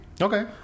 Okay